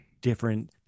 different